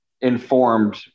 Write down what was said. informed